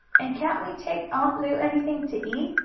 and can't we take aunt lu anything to eat?